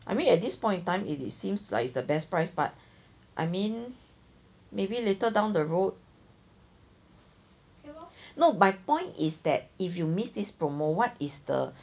I mean at this point in time it seems like it's the best price but I mean maybe later down the road no my point is that if you miss this promo what is the